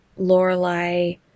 Lorelai